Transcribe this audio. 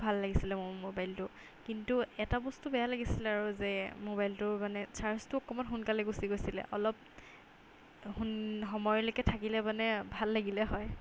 ভাল লাগিছিলে মোৰ মোবাইলটো কিন্তু এটা বস্তু বেয়া লাগিছিলে আৰু যে মোবাইলটোৰ মানে চাৰ্জটো অকণমান সোনকালে গুচি গৈছিলে অলপ সোন সময়লৈকে থাকিলে মানে ভাল লাগিলে হয়